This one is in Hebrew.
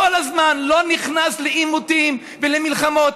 לא נכנס כל הזמן לעימותים ולמלחמות,